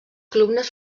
columnes